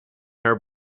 her